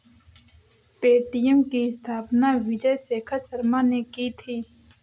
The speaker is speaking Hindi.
पे.टी.एम की स्थापना विजय शेखर शर्मा ने की थी